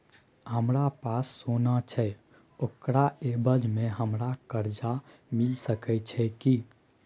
हमरा पास सोना छै ओकरा एवज में हमरा कर्जा मिल सके छै की?